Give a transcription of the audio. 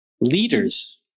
leaders